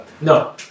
No